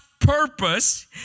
purpose